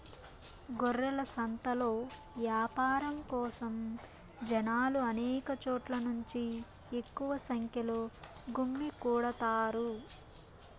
గొర్రెల సంతలో యాపారం కోసం జనాలు అనేక చోట్ల నుంచి ఎక్కువ సంఖ్యలో గుమ్మికూడతారు